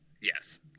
yes